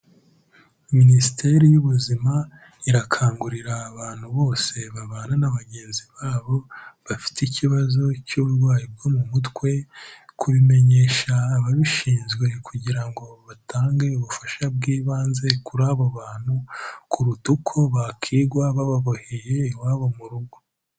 Minisiteri y'ubuzima irakangurira abantu bose babana na bagenzi babo bafite ikibazo cy'uburwayi bwo mu mutwe, kubimenyesha ababishinzwe kugira ngo batange ubufasha bw'ibanze kuri abo bantu kuruta uko bakigwa bababoheye iwabo mu rugo.